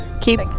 Keep